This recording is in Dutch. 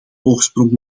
oorsprong